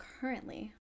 currently